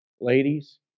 ladies